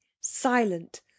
silent